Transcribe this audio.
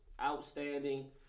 Outstanding